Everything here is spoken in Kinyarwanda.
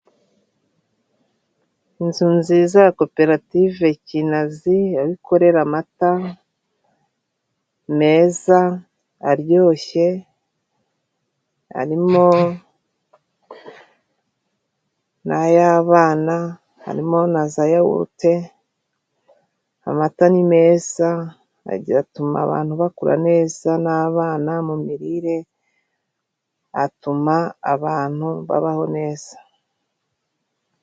Inzu nziza ya koperative Kinazi aho ikorera amata meza aryoshye arimo n'ay'abana harimo na za yawurute, amata ni meza atuma abantu bakura neza n'abana mu mirire atuma abantu babaho neza.